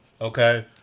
Okay